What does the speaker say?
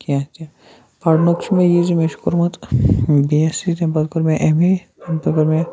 کینٛہہ تہِ پَرنُک چھُ مےٚ یی زِ مےٚ چھُ کوٚرمُت بی اٮ۪س سی تمہِ پَتہٕ کوٚر مےٚ اٮ۪م اے تَمہِ پَتہٕ کوٚر مےٚ